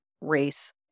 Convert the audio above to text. race